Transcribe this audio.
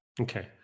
Okay